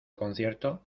concierto